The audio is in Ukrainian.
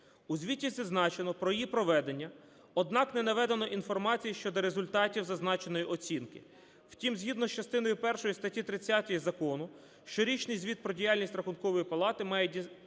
У звіті зазначено про її проведення, однак не наведено інформації щодо результатів зазначеної оцінки. Втім, згідно з частиною першою статті 30 закону щорічний звіт про діяльність Рахункової палати має містити